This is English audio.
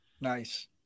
Nice